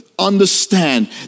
Understand